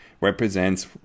represents